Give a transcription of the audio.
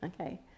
okay